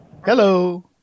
Hello